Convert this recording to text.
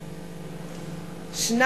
אדוני,